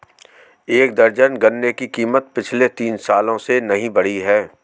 एक दर्जन गन्ने की कीमत पिछले तीन सालों से नही बढ़ी है